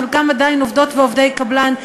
חלקם עדיין עובדות ועובדי קבלן,